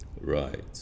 right